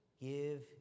give